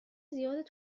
زیاد